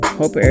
hope